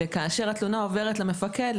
וכאשר התלונה עוברת למפקד,